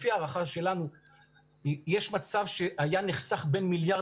לפי הערכה שלנו יש מצב שהיה נחסך בין מיליארד